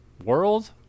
world